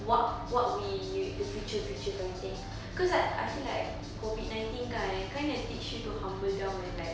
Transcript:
what what we the future future contain cause like I feel like COVID nineteen kan kan dia teach you how to humble down and like